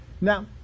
Now